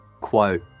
Quote